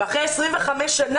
ואחרי 25 שנה?